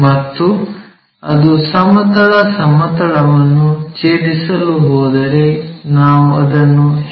ಮತ್ತು ಅದು ಸಮತಲ ಸಮತಲವನ್ನು ಛೇದಿಸಲು ಹೋದರೆ ನಾವು ಅದನ್ನು ಎಚ್